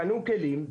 קנו כלים,